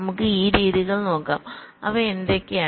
നമുക്ക് ഈ രീതികൾ നോക്കാം അവ എന്തൊക്കെയാണ്